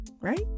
right